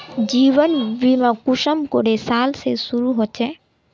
जीवन बीमा कुंसम करे साल से शुरू होचए?